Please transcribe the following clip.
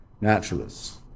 naturalists